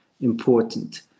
important